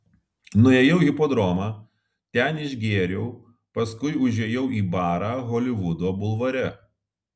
nuėjau į hipodromą ten išgėriau paskui užėjau į barą holivudo bulvare